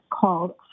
called